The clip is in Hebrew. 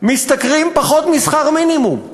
משתכרים פחות משכר המינימום.